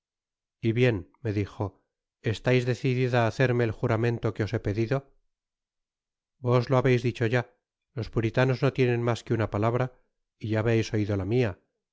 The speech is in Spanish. y bien me dijo estais decidida á hacerme el juramento que os he pedido vos lo habeis dicho ya los puritanos no tienen mas que una palabra y ya habeis oido la mia